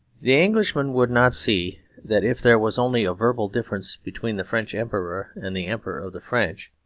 the englishman would not see that if there was only a verbal difference between the french emperor and the emperor of the french,